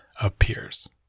appears